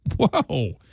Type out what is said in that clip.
Whoa